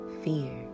fear